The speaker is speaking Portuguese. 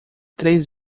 três